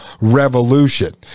revolution